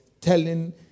telling